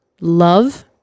love